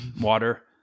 water